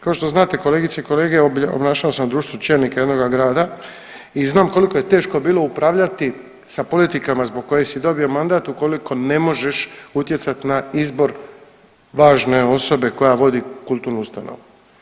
Kao što znate kolegice i kolege obnašao sam dužnost čelnika jednoga grada i znam koliko je teško bilo upravljati sa politikama zbog koje si dobio mandat ukoliko ne možeš utjecat na izbor važne osobe koja vodi kulturu ustanovu.